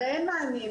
אין מענים.